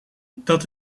dat